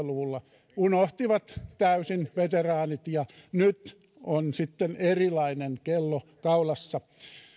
luvulla unohtivat täysin veteraanit ja nyt on sitten erilainen kello kaulassa